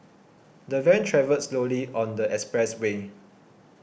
the van travelled slowly on the expressway